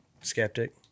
skeptic